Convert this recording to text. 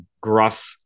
gruff